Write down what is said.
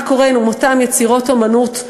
מה קורה עם אותן יצירות אמנות,